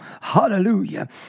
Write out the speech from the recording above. Hallelujah